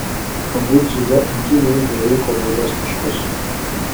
abu dziudo imtynininkai rinko baudos taškus